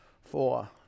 four